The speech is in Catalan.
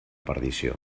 perdició